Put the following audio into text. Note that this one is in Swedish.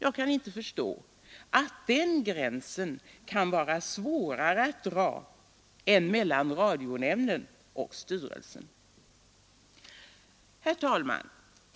Jag kan inte förstå att den gränsen kan vara svårare att dra än mellan radionämnden och styrelsen. Herr talman!